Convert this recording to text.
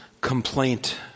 complaint